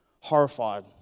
horrified